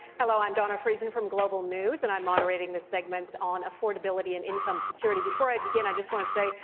hello. i'm dawna friesen from global news. and i'm moderating this segment on affordability and income security. before i begin, i just want to say,